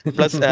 Plus